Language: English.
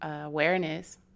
awareness